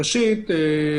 ראשית,